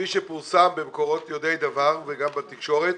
כפי שפורסם במקורות יודעי דבר וגם בתקשורת,